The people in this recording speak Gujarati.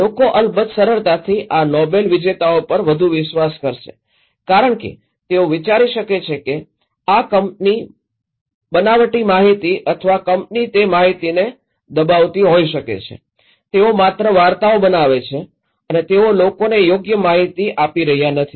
લોકો અલબત્ત સરળતાથી આ નોબેલ વિજેતાઓ પર વધુ વિશ્વાસ કરશે કારણ કે તેઓ વિચારી શકે છે કે આ કંપની માહિતી બનાવટી અથવા કંપની તે માહિતી દબાવતી હોઈ શકે છે તેઓ માત્ર વાર્તાઓ બનાવે છે અને તેઓ લોકોને યોગ્ય માહિતી આપી રહ્યા નથી